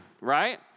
right